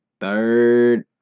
third